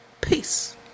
Peace